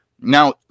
now